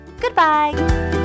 Goodbye